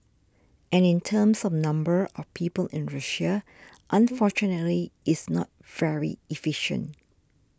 and in terms of number of people in Russia unfortunately it's not very efficient